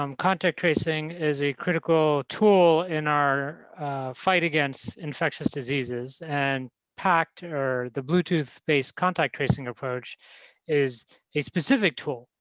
um contact tracing is a critical tool in our fight against infectious diseases, and pact or the bluetooth-based contact tracing approach is a specific tool,